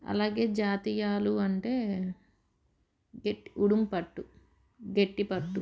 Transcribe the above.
అలాగే జాతీయాలు అంటే గెట్టి ఉడుం పట్టు గెట్టి పట్టు